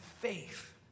faith